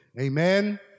amen